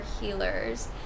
healers